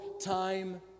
time